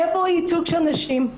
היכן ייצוג נשים?